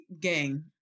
gang